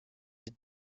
des